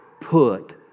put